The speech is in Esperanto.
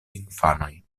infanoj